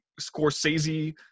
Scorsese